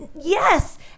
yes